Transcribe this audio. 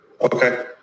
Okay